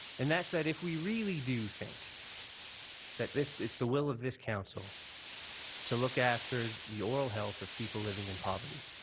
and that's that if we really do think that this it's the will of this council to look after the oral health of people living in poverty,